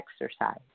exercise